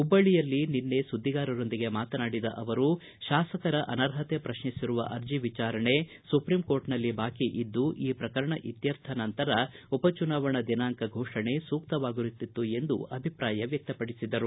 ಹುಬ್ಬಳ್ಳಿಯಲ್ಲಿ ನಿನ್ನೆ ಸುದ್ದಿಗಾರರೊಂದಿಗೆ ಮಾತನಾಡಿದ ಅವರು ಶಾಸಕರ ಅನರ್ಹತೆ ಪ್ರಶ್ನಿಸಿರುವ ಅರ್ಜಿ ವಿಚಾರಣೆ ಸುಪ್ರೀಂಕೋರ್ಟ್ನಲ್ಲಿ ಬಾಕಿ ಇದ್ದು ಈ ಪ್ರಕರಣ ಇತ್ಯರ್ಥ ನಂತರ ಉಪಚುನಾವಣಾ ದಿನಾಂಕ ಘೋಷಣೆ ಸೂಕ್ತವಾಗಿರುತ್ತಿತ್ತು ಎಂದು ಅಭಿಪ್ರಾಯ ವ್ಯಕ್ತಪಡಿಸಿದರು